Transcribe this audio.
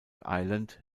island